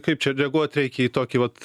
kaip čia reaguot reikia į tokį vat